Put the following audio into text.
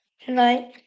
tonight